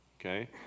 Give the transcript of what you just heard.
Okay